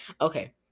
Okay